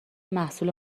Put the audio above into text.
محصول